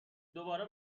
دوباره